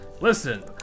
Listen